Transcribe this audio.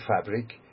fabric